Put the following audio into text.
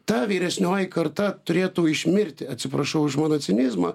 ta vyresnioji karta turėtų išmirti atsiprašau už mano cinizmą